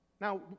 Now